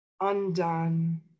undone